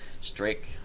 strike